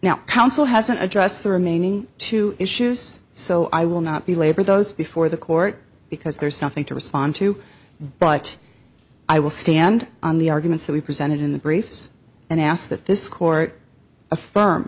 now counsel hasn't addressed the remaining two issues so i will not be labor those before the court because there's nothing to respond to but i will stand on the arguments that we presented in the briefs and ask that this court